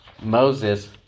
Moses